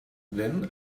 then